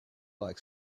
like